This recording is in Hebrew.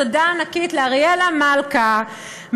תודה ענקית לאריאלה מלכה,